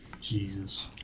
Jesus